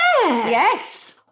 Yes